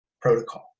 protocol